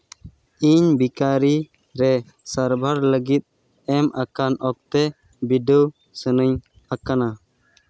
ᱤᱧ ᱵᱤᱠᱟᱨᱤ ᱨᱮ ᱥᱟᱨᱵᱷᱟᱨ ᱞᱟᱹᱜᱤᱫ ᱮᱢ ᱟᱠᱟᱱ ᱚᱠᱛᱮ ᱵᱤᱰᱟᱹᱣ ᱥᱟᱱᱟᱧ ᱠᱟᱱᱟ